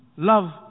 Love